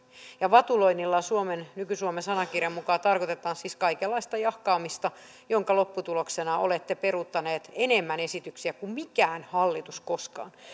ja vatuloinnilla nykysuomen sanakirjan mukaan tarkoitetaan siis kaikenlaista jahkaamista jonka lopputuloksena olette peruuttaneet enemmän esityksiä kuin mikään hallitus koskaan nyt